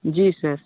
जी sir